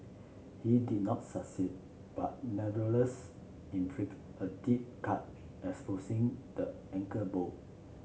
he did not succeed but nevertheless inflicted a deep cut exposing the ankle bone